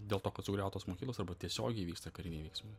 dėl to kad sugriautos mokyklos arba tiesiogiai vyksta kariniai veiksmai